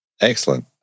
excellent